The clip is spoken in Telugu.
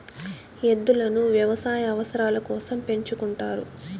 ఎద్దులను వ్యవసాయ అవసరాల కోసం పెంచుకుంటారు